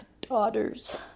daughters